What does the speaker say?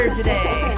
today